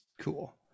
cool